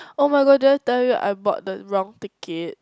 [oh]-my-god did I tell you I bought the wrong ticket